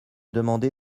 demandé